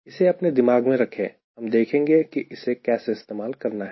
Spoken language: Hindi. इसे अपने दिमाग में रखे हम देखेंगे कि इससे कैसे इस्तेमाल करना है